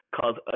cause